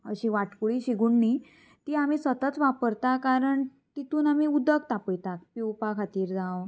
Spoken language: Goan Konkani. अशी वाटकुळी शी गुण्णी ती आमी सतत वापरता कारण तितून आमी उदक तापयतात पिवपा खातीर जावं